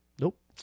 Nope